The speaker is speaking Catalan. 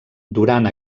durant